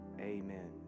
Amen